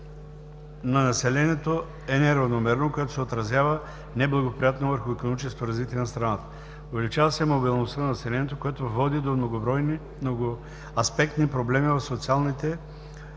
на населението е неравномерно, което се отразява неблагоприятно върху икономическото развитие на страната. Увеличава се мобилността на населението, което води до многоаспектни проблеми в социалните ролеви